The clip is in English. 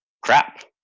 Crap